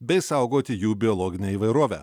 bei saugoti jų biologinę įvairovę